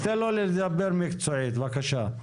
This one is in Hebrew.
תן לו לדבר מקצועית, בבקשה.